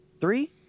Three